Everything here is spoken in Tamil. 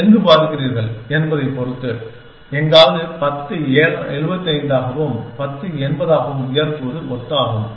நீங்கள் எங்கு பார்க்கிறீர்கள் என்பதைப் பொறுத்து எங்காவது 10 ஐ 75 ஆகவும் 10 ஐ 80 ஆகவும் உயர்த்துவது ஒத்ததாகும்